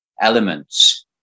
elements